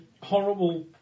horrible